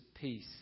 peace